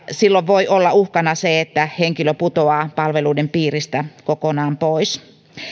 silloin voi olla uhkana se että henkilö putoaa palveluiden piiristä kokonaan pois